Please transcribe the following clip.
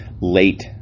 late